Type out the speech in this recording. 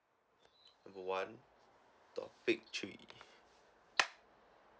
number one topic three